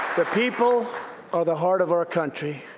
the people are the heart of our country,